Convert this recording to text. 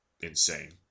insane